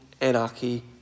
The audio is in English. anarchy